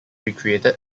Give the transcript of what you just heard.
recreated